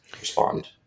respond